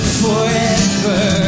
forever